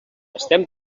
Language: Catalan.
estem